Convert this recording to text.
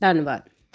ਧੰਨਵਾਦ